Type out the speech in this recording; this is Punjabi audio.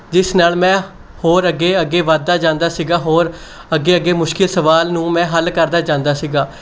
ਜਿਸ ਨਾਲ ਮੈਂ ਹੋਰ ਅੱਗੇ ਅੱਗੇ ਵੱਧਦਾ ਜਾਂਦਾ ਸੀਗਾ ਹੋਰ ਅੱਗੇ ਅੱਗੇ ਮੁਸ਼ਕਿਲ ਸਵਾਲ ਨੂੰ ਮੈਂ ਹੱਲ ਕਰਦਾ ਜਾਂਦਾ ਸੀਗਾ